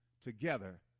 together